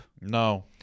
No